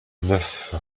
neuf